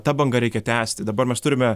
ta banga reikia tęsti dabar mes turime